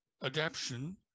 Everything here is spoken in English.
adaption